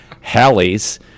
Halley's